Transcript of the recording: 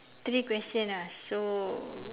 three question ah so